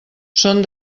són